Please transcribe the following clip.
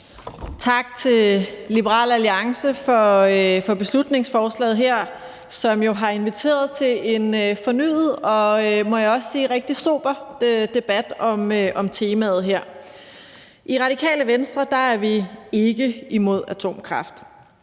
Tak til Liberal Alliance for beslutningsforslaget her, som jo har inviteret til en fornyet og – det må jeg også sige – rigtig sober debat om temaet her. I Radikale Venstre er vi ikke imod atomkraft.